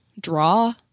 draw